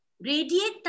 radiate